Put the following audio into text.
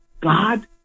God